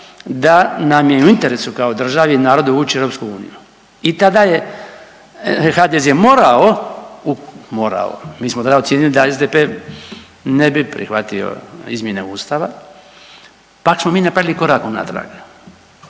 da nam je u interesu kao državi narod uvući u EU i tada je HDZ morao, morao, mi smo tada ocijenili da SDP ne bi prihvatio izmjene ustava, pa smo mi napravili korak unatrag,